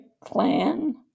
clan